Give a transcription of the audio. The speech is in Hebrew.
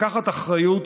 לקחת אחריות,